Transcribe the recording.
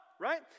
right